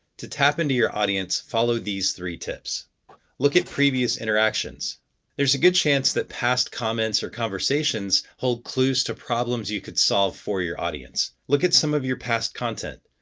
to tap into your audience, follow these three tips look at previous interactions there's a good chance that past comments or conversations hold clues to problems you could solve for your audience. look at some of your past content.